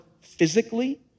physically